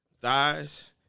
thighs